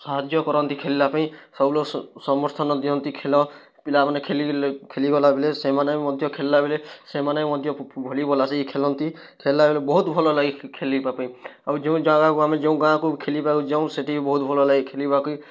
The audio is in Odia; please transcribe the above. ସାହଯ୍ୟ କରନ୍ତି ଖେଲ୍ଲା ପାଇଁ ସବୁ ଲୋ ସ ସମର୍ଥନ ଦିଅନ୍ତି ଖେଲ ପିଲାମାନେ ଖେଲିଲେ ଖେଲିଗଲା ବେଲେ ସେମାନେ ବି ମଧ୍ୟ ଖେଲଲା ବେଳେ ସେମାନେ ବି ମଧ୍ୟ ଫୁ ଫୁ ଭଲିବଲ୍ ଆସିକି ଖେଲନ୍ତି ଖେଲଲା ବେଳେ ବହୁତ ଭଲଲାଗେ ଖେ ଖେଲିବା ପାଇଁ ଆଉ ଯୋଉଁ ଜାଗାକୁ ଆମେ ଯୋଉଁ ଗାଁକୁ ଖେଲିବାକୁ ଯାଉ ସେଠି ବି ବହୁତ ଭଲଲାଗେ ଖେଲିବାକେ